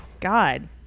God